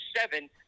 seven